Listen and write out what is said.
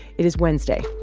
it is wednesday,